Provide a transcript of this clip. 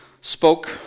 spoke